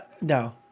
no